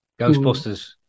Ghostbusters